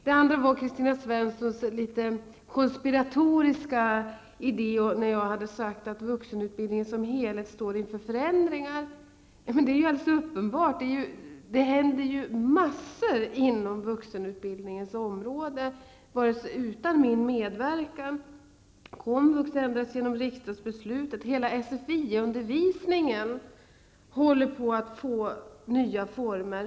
Sedan gäller det Kristina Svenssons litet konspiratoriska idé när jag hade sagt att vuxenutbildning som helhet står inför förändringar. Det är ju alldeles uppenbart. Det händer ju massor inom vuxenutbildningens område, även utan min medverkan. Komvux ändras genom riksdagsbeslutet, och hela SFI-undervisningen håller på att få nya former.